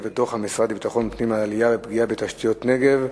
ודוח המשרד לביטחון פנים על העלייה בפגיעה בתשתיות בנגב,